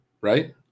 right